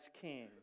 king